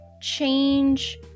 change